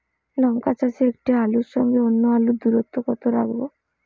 লঙ্কা চাষে একটি আলুর সঙ্গে অন্য আলুর দূরত্ব কত রাখবো?